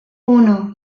uno